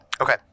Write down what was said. Okay